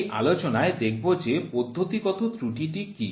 এই আলোচনায় দেখব যে পদ্ধতিগত ত্রুটি কি